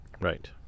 Right